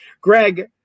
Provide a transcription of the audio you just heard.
Greg